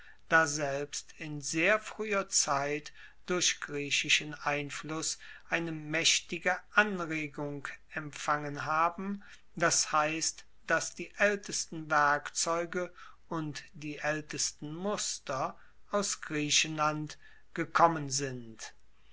daselbst in sehr frueher zeit durch griechischen einfluss eine maechtige anregung empfangen haben das heisst dass die aeltesten werkzeuge und die aeltesten muster aus griechenland gekommen sind